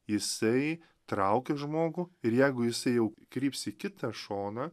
jisai traukia žmogų ir jeigu jisai jau kryps į kitą šoną